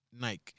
Nike